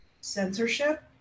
Censorship